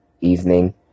evening